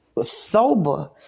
sober